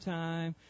time